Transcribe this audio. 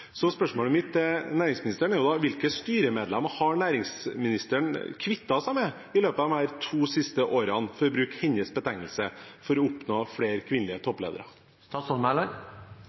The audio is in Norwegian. Så spørsmålet mitt til næringsministeren er da: Hvilke styremedlemmer har næringsministeren kvittet seg med i løpet av disse to siste årene, for å bruke hennes betegnelse, for å oppnå flere kvinnelige